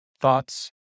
thoughts